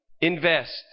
invest